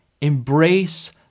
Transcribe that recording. Embrace